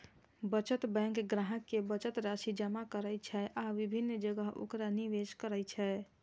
बचत बैंक ग्राहक के बचत राशि जमा करै छै आ विभिन्न जगह ओकरा निवेश करै छै